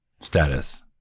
status